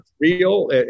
real